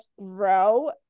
grow